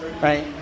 Right